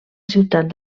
ciutat